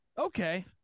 Okay